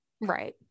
right